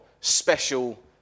special